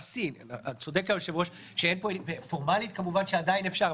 צודק היושב-ראש שפורמלית כמובן עדיין אפשר,